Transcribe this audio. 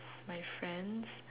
my friends